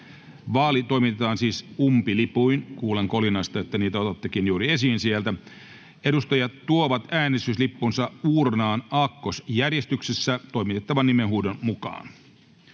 Vaali toimitetaan siis umpilipuin — ja kuulen kolinasta, että niitä otattekin juuri esiin sieltä. Edustajat tuovat äänestyslippunsa uurnaan aakkosjärjestyksessä toimitettavan nimenhuudon mukaan.